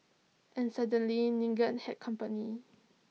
and suddenly Nigel had company